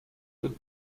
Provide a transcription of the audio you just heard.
good